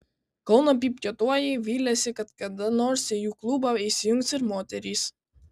kauno pypkiuotojai viliasi kad kada nors į jų klubą įsijungs ir moterys